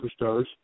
superstars